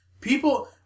People